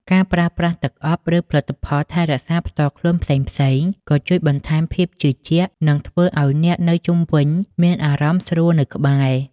ការប្រើប្រាស់ទឹកអប់ ឬផលិតផលថែរក្សាផ្ទាល់ខ្លួនផ្សេងៗ ក៏ជួយបន្ថែមភាពជឿជាក់ និងធ្វើឲ្យអ្នកនៅជុំវិញមានអារម្មណ៍ស្រួលនៅក្បែរ។